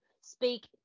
speak